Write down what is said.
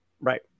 Right